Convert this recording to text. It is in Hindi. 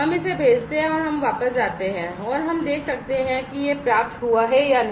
हम इसे भेजते हैं और हम वापस जाते हैं और हम देख सकते हैं कि यह प्राप्त हुआ है या नहीं